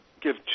give